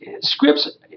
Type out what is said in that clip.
scripts